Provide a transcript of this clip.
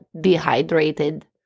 dehydrated